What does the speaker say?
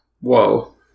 Whoa